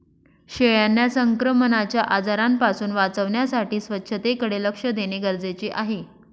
शेळ्यांना संक्रमणाच्या आजारांपासून वाचवण्यासाठी स्वच्छतेकडे लक्ष देणे गरजेचे आहे